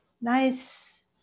nice